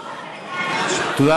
דודי, אני יכול לרדת?